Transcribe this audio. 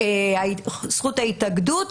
זכות ההתאגדות,